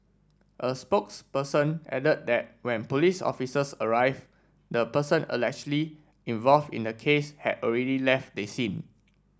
a spokesperson added that when police officers arrive the person allegedly involve in the case had already left the scene